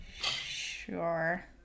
sure